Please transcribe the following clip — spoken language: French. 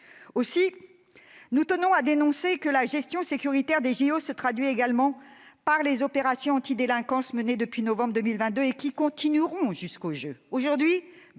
Lopmi. Nous regrettons que la gestion sécuritaire des Jeux se traduise également par les opérations antidélinquance menées depuis novembre 2022 et qui continueront jusqu'aux Jeux. Aujourd'hui,